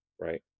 right